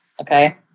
Okay